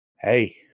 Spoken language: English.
hey